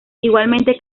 igualmente